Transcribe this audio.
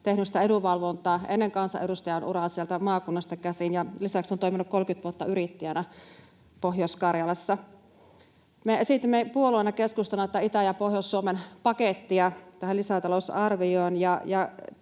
sitä edunvalvontaa sieltä maakunnasta käsin, ja lisäksi olen toiminut 30 vuotta yrittäjänä Pohjois-Karjalassa. Me esitimme puolueena, keskustana, tätä Itä- ja Pohjois-Suomen pakettia tähän lisäta-lousarvioon,